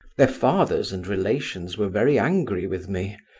their fathers and relations were very angry with me,